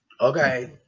Okay